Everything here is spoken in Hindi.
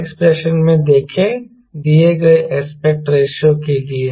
इस एक्सप्रेशन में देखें दिए गए एस्पेक्ट रेशों के लिए